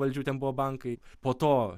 valdžių ten buvo bankai po to